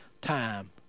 time